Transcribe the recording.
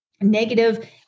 negative